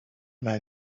man